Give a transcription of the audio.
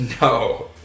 No